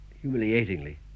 humiliatingly